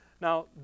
Now